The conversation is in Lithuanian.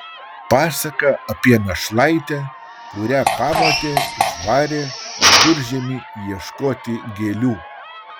pasaka apie našlaitę kurią pamotė išvarė viduržiemį ieškoti gėlių